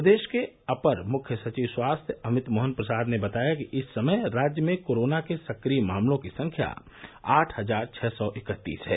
प्रदेश के अपर मुख्य सचिव स्वास्थ्य अमित मोहन प्रसाद ने बताया कि इस समय राज्य में कोरोना के सकिय मामलों की संख्या आठ हजार छः सौ इकत्तीस है